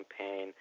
campaign